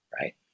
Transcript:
right